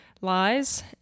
lies